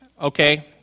okay